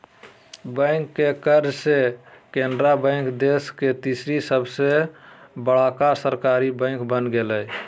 bank के merge से Canara bank देश के तीसर सबसे बड़का सरकारी बैंक बन गेलय